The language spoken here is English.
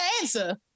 answer